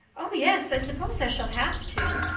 oh, yes, i suppose i shall have to,